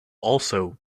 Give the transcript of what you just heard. also